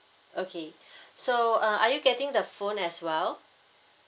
okay so uh are you getting the phone as well